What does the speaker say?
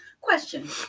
Question